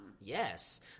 yes